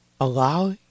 allow